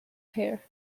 her